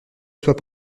soit